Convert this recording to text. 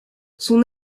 son